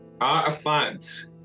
artifact